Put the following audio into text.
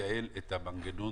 איך מתבצעת שם החקירה?